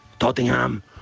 Tottenham